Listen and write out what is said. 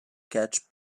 catch